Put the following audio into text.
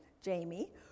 Jamie